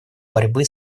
борьбы